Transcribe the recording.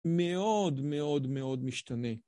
מאוד מאוד מאוד משתנה.